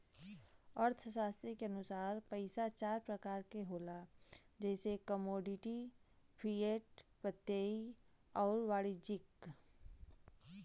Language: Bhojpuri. अर्थशास्त्री के अनुसार पइसा चार प्रकार क होला जइसे कमोडिटी, फिएट, प्रत्ययी आउर वाणिज्यिक